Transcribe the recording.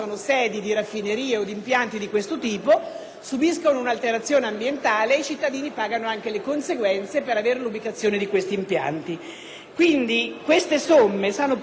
subiscono un'alterazione ambientale e i cittadini pagano anche le conseguenze per avere l'ubicazione di questi impianti. Secondo l'emendamento, queste somme sono quindi prioritariamente destinate alla gestione del territorio,